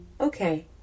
Okay